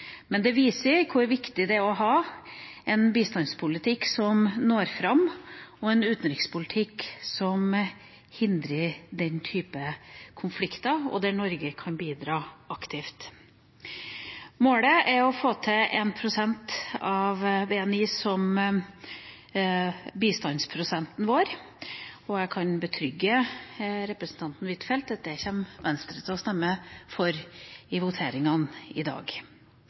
men det viser hvor viktig det er å ha en bistandspolitikk som når fram, og en utenrikspolitikk som hindrer den typen konflikter, og der Norge kan bidra aktivt. Målet er å få til 1 pst. av BNI som bistandsprosenten vår, og jeg kan betrygge representanten Huitfeldt med at det kommer Venstre til å stemme for i voteringen i dag.